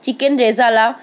chicken rezala